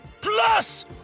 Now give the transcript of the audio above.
Plus